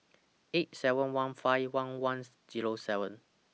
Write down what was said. eight seven one five one one Zero seven